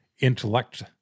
intellect